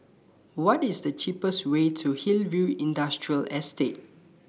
What IS The cheapest Way to Hillview Industrial Estate